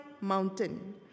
mountain